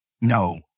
No